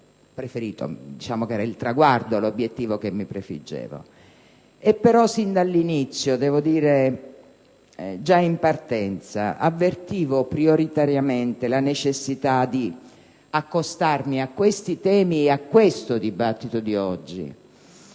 preferito: era il traguardo e l'obbiettivo che mi prefiggevo, però, sin dall'inizio, già in partenza, ho avvertito prioritariamente la necessità di accostarmi a questi temi e al dibattito di oggi